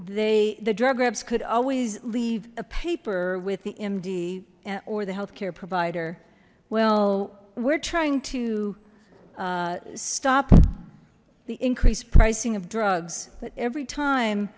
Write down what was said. they the drug reps could always leave a paper with the md or the health care provider well we're trying to stop the increased pricing of drugs but every time